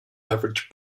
average